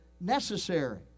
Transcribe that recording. necessary